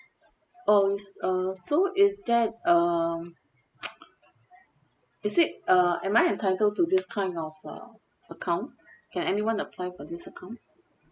oh s~ uh so is that um is it uh am I entitled to this kind of uh account can anyone apply for this account